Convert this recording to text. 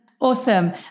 Awesome